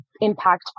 impact